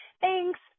thanks